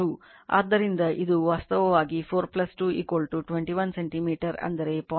ಆದ್ದರಿಂದ ಇದು ವಾಸ್ತವವಾಗಿ 4 2 21 ಸೆಂಟಿಮೀಟರ್ ಅಂದರೆ 0